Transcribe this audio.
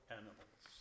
animals